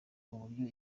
uburyo